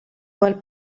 vuol